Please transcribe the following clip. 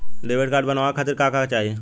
Debit card बनवावे खातिर का का चाही?